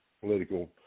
political